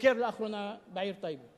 ביקר לאחרונה בעיר טייבה.